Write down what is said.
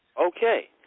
okay